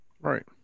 Right